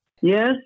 Yes